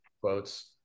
quotes